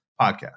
podcast